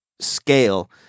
scale